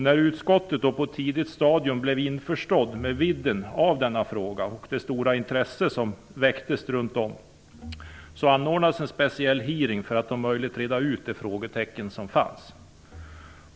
När utskottet på ett tidigt stadium blev införstått med vidden av denna fråga, och det stora intresse som väcktes runt om, anordnades en speciell hearing för att om möjligt reda ut de frågetecken som fanns.